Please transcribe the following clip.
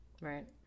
Right